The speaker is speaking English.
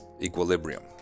equilibrium